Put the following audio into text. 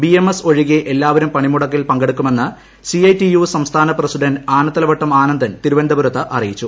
B M S ്ഒഴികെ എല്ലാവരും പണിമുടക്കിൽ പങ്കെടുക്കുമെന്ന് സി ഐ ട്ടി ്യൂ സംസ്ഥാന പ്രസിഡന്റ് ആനത്തലവട്ടം ആനന്ദൻ തിരുവനന്തപുരത്ത് അറിയിച്ചു